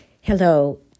Hello